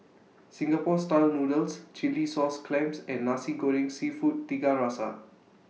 Singapore Style Noodles Chilli Sauce Clams and Nasi Goreng Seafood Tiga Rasa